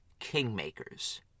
kingmakers